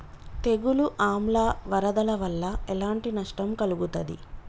తెగులు ఆమ్ల వరదల వల్ల ఎలాంటి నష్టం కలుగుతది?